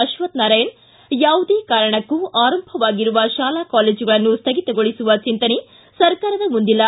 ಅಶ್ವತ್ತನಾರಾಯಣ ಯಾವುದೇ ಕಾರಣಕ್ಕೂ ಆರಂಭವಾಗಿರುವ ಶಾಲಾ ಕಾಲೇಜುಗಳನ್ನು ಸ್ಥಗಿತಗೊಳಸುವ ಚಿಂತನೆ ಸರ್ಕಾರದ ಮುಂದಿಲ್ಲ